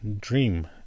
dream